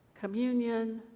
communion